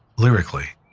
lyrically,